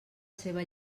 seva